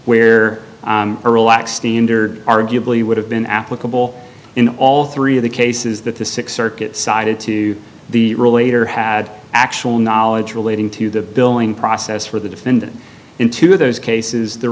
where standard arguably would have been applicable in all three of the cases that the six circuit sided to the relator had actual knowledge relating to the billing process for the defendant in two of those cases the